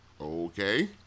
okay